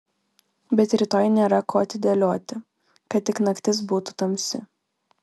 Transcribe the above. bet rytoj nėra ko atidėlioti kad tik naktis būtų tamsi